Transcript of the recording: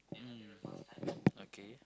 mm okay